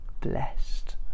blessed